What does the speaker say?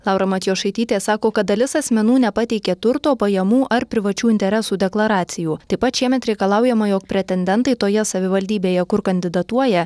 laura matjošaitytė sako kad dalis asmenų nepateikė turto pajamų ar privačių interesų deklaracijų taip pat šiemet reikalaujama jog pretendentai toje savivaldybėje kur kandidatuoja